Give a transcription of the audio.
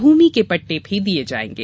भूमि के पट्टे भी दिये जायेंगे